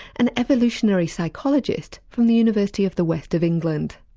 an evolutionary psychologist from the university of the west of england.